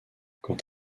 quant